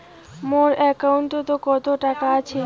মোর একাউন্টত কত টাকা আছে?